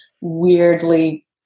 weirdly